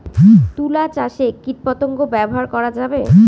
তুলা চাষে কীটপতঙ্গ ব্যবহার করা যাবে?